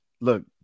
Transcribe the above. Look